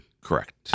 Correct